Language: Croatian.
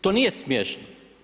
To nije smiješno.